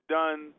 done